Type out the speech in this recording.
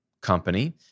company